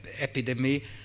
epidemic